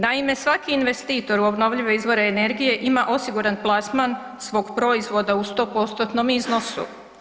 Naime, svaki investitor u obnovljive izvore energije ima osiguran plasman svog proizvoda u 100%-tnom iznosu.